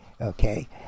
Okay